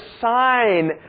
sign